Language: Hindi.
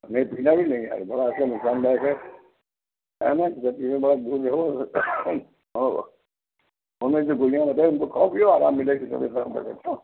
नहीं पीना भी नहीं है यार बड़ा आजकल नुकसानदायक है है ना इन सब चीज़ों से थोड़ा दूर रहो और और मैंने जो गोलियाँ बताई उनको खाओ पीओ आराम मिलेगा